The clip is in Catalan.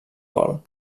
gol